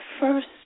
first